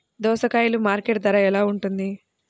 దోసకాయలు మార్కెట్ ధర ఎలా ఉంటుంది?